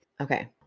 Okay